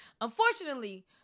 unfortunately